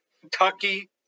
Kentucky